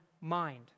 mind